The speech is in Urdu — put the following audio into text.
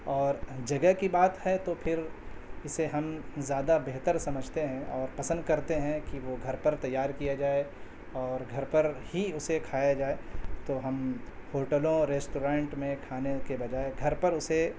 اور جگہ کی بات ہے تو پھر اسے ہم زیادہ بہتر سمجھتے ہیں اور پسند کرتے ہیں کہ وہ گھر پر تیار کیا جائے اور گھر پر ہی اسے کھایا جائے تو ہم ہوٹلوں ریسٹورینٹ میں کھانے کے بجائے گھر پر اسے